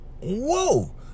whoa